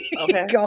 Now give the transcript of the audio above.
Okay